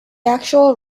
actual